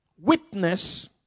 witness